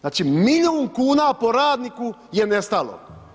Znači milijun kuna po radniku je nestalo.